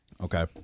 Okay